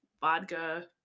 vodka